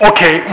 Okay